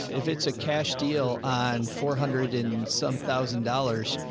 if it's a cash deal on four hundred and some thousand dollars,